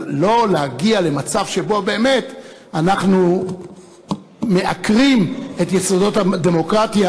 אבל לא להגיע למצב שבו באמת אנחנו מעקרים את יסודות הדמוקרטיה